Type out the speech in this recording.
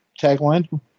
tagline